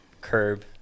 curb